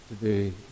today